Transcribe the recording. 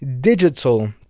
digital